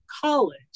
college